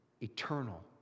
eternal